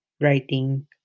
writing